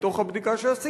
מתוך הבדיקה שעשיתי,